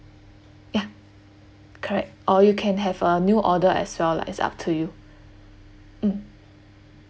ya correct or you can have a new order as well lah it's up to you mm